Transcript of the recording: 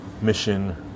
mission